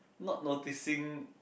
not noticing